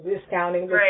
discounting